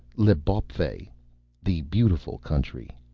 l'bawpfey the beautiful country.